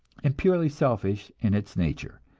and purely selfish in its nature.